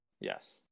Yes